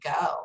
go